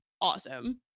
Awesome